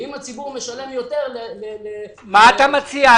ואם הציבור משלם יותר- - מה אתה מציע,